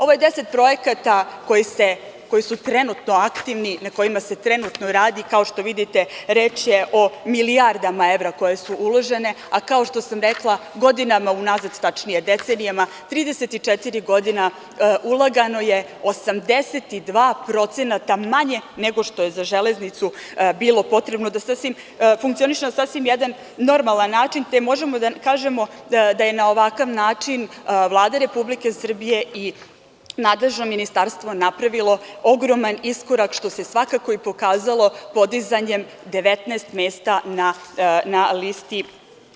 Ovo je deset projekata koji su trenutno aktivni, na kojima se trenutno radi. kao što vidite, reč je o milijardama evra koje su uložene, a kao što sam rekla, godinama unazad, tačnije decenijama, 34 godine ulagano je 82% manje nego što je za železnicu bilo potrebno da funkcioniše na jedan normalan način, te možemo da kažemo da je na ovakav način Vlada Republike Srbije i nadležno ministarstvo napravilo ogroman iskorak, što se svakako i pokazalo podizanjem 19 mesta na listi.